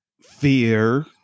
fear